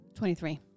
23